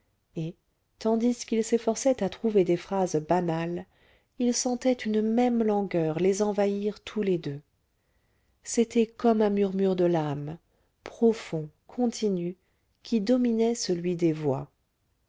et tandis qu'ils s'efforçaient à trouver des phrases banales ils sentaient une même langueur les envahir tous les deux c'était comme un murmure de l'âme profond continu qui dominait celui des voix